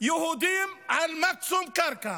יהודים על מקסימום קרקע,